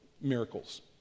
miracles